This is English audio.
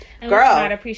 girl